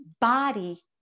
body